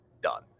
done